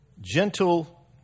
Gentle